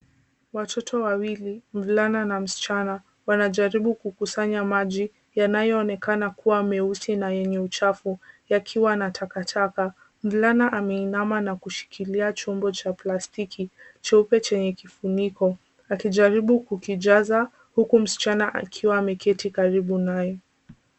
Watoto wawili, mvulana na msichana wanajaribu kukusanya maji yanayoonekana kuwa meusi na yenye uchafu yakiwa na takataka. Mvulana ameinama na kushikilia chombo cha plastiki cheupe chenye kifuniko. Akijaribu kukijaza huku msichana akiwa ameketi karibu naye.